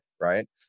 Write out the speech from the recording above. right